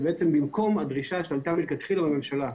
במקום הדרישה שעלתה בהתחלה בממשלה,